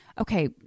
okay